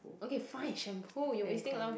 okay fine shampoo you're wasting a lot of